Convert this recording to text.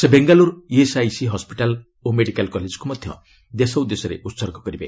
ସେ Bengaluru ESIC hospital ଓ medical କଲେଜକୁ ମଧ୍ୟ ଦେଶ ଉଦ୍ଦେଶ୍ୟରେ ଉତ୍ସର୍ଗ କରିବେ